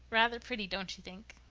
rather pretty, don't you think?